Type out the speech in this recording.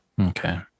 Okay